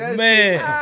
man